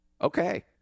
okay